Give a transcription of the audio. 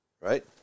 right